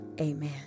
Amen